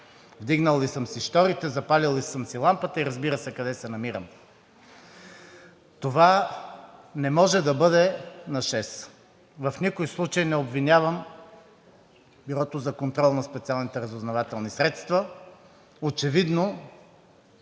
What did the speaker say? вдигнал ли съм си щорите, запалил ли съм си лампата и разбира се, къде се намирам. Това не може да бъде на шест. В никакъв случай не обвинявам Бюрото за контрол на специалните разузнавателни средства. Очевидно